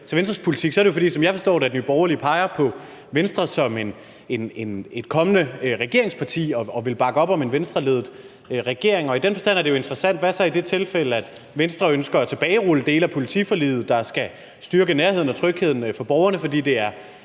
om Venstres politik, er det jo, fordi Nye Borgerlige, som jeg forstår det, peger på Venstre som et kommende regeringsparti, og fordi de vil bakke op om en Venstreledet regering. I den forstand er et interessant spørgsmål: Hvad så i det tilfælde, hvor Venstre ønsker at tilbagerulle dele af politiforliget, som skal styrke nærheden og trygheden for borgerne, fordi det er